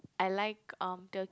I like um Tur~